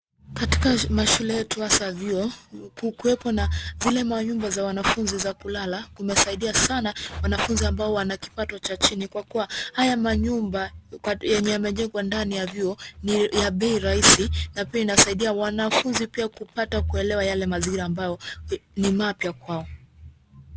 Katika mashule yetu, hasaa vyuo kukuwepo na zile nyumba za wanafunzi za kulala, umesidia sana wanafunzi ambao wana kipato cha chini kwa kuwa haya manyumba yenye yamejengwa ndani ya vyuo ni ya bei rahisi na pia inasaidia waafunzi pia kupata kuelewa yale mazingira ambayo ni mapya kwao.